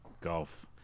Golf